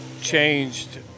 changed